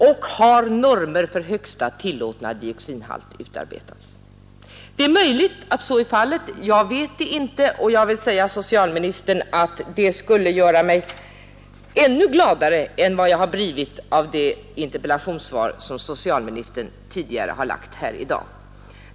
Och har normer för högsta tillåtna dioxinhalt utarbetats? Det är möjligt att så är fallet. Jag vet det inte. Och jag vill säga till socialministern att om så är fallet, skulle det göra mig ännu gladare än jag har blivit av det interpellationssvar som socialministern har lämnat här i dag.